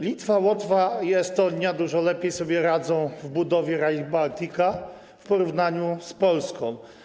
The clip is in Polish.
Litwa, Łotwa i Estonia dużo lepiej sobie radzą z budową Rail Baltica w porównaniu z Polską.